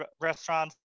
restaurants